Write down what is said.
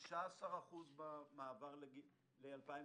16% במעבר ל-2019,